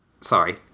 Sorry